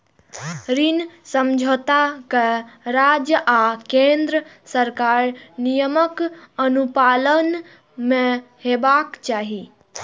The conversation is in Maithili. ऋण समझौता कें राज्य आ केंद्र सरकारक नियमक अनुपालन मे हेबाक चाही